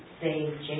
say